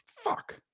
fuck